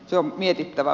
se on mietittävä